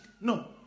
No